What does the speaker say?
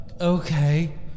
Okay